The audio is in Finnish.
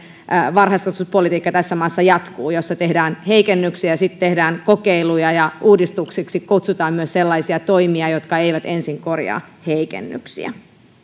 varhaiskasvatuspolitiikka jossa tehdään heikennyksiä sitten tehdään kokeiluja ja uudistuksiksi kutsutaan myös sellaisia toimia jotka eivät ensin korjaa heikennyksiä